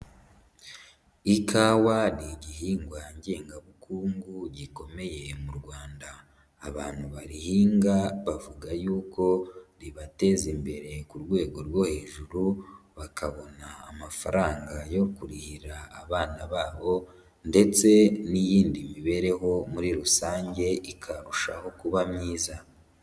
Ikawa ni igihingwa ngengabukungu gikomeye mu Rwanda. Abantu barihinga bavuga yuko ribateza imbere ku rwego rwo hejuru, bakabona amafaranga yo kurihira abana babo ndetse n'iyindi mibereho muri rusange ikarushaho kuba myiza.